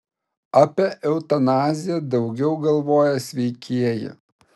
apie eutanaziją daugiau galvoja sveikieji